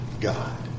God